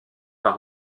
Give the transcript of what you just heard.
par